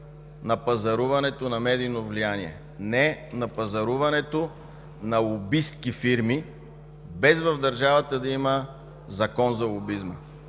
на пазаруването на медийно влияние, „не” на пазаруването на лобистки фирми без в държавата да има закон за лобизма,